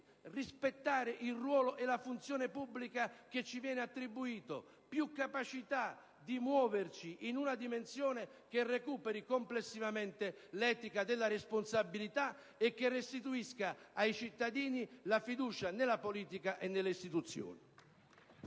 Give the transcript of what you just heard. rispettare la funzione pubblica che ci viene attribuita, più capacità di muoversi in una dimensione che recuperi complessivamente l'etica della responsabilità e che restituisca ai cittadini la fiducia nella politica e nelle istituzioni.